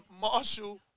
Marshall